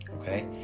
Okay